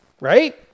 Right